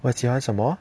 我喜欢什么